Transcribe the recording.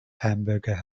hamburger